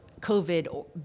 COVID